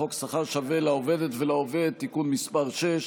חוק שכר שווה לעובדת ולעובד (תיקון מס' 6),